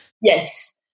Yes